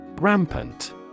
Rampant